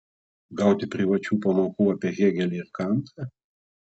gauti privačių pamokų apie hėgelį ir kantą